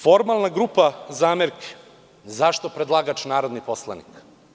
Formalna grupa zamerki – zašto je predlagač narodni poslanik.